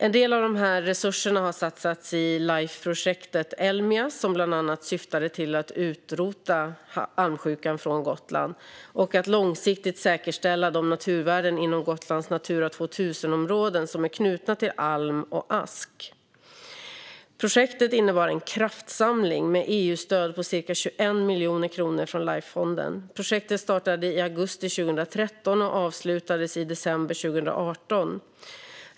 En del av dessa resurser har satsats i projektet Life Elmias som bland annat syftade till att utrota almsjukan på Gotland och att långsiktigt säkerställa de naturvärden inom Gotlands Natura 2000-områden som är knutna till alm och ask. Projektet innebar en kraftsamling med EU-stöd på ca 21 miljoner kronor från Lifefonden. Projektet startade i augusti 2013 och avslutades i december 2018.